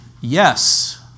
Yes